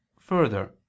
Further